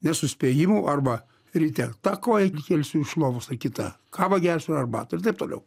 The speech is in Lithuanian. nesuspėjimu arba ryte tą koją kelsiu iš lovos ar kitą kavą gersiu ar arbatą ir taip toliau